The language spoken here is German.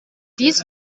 dies